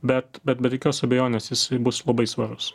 bet bet be jokios abejonės jis bus labai svarus